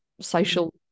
social